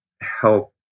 help